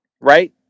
Right